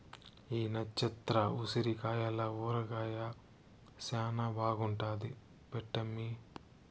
ఈ నచ్చత్ర ఉసిరికాయల ఊరగాయ శానా బాగుంటాది పెట్టమ్మీ